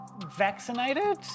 vaccinated